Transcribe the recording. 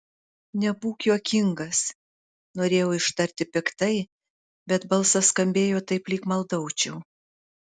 nebūk juokingas norėjau ištarti piktai bet balsas skambėjo taip lyg maldaučiau